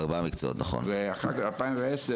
נכון, ארבעה מקצועות.